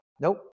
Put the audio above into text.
Nope